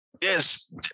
Yes